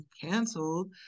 canceled